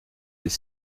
des